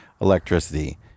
electricity